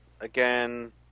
again